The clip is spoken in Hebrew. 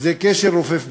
זה קשר רופף ביותר.